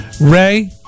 Ray